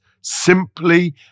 simply